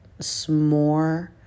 s'more